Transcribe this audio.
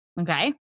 Okay